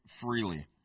freely